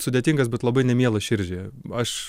sudėtingas bet labai nemielas širdžiai aš